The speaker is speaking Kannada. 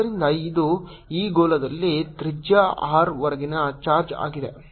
ಆದ್ದರಿಂದ ಇದು ಈ ಗೋಳದಲ್ಲಿ ತ್ರಿಜ್ಯ r ವರೆಗಿನ ಚಾರ್ಜ್ ಆಗಿದೆ